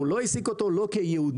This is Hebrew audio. הוא לא העסיק אותו לא כיהודי,